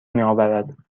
میآورد